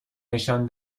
نشان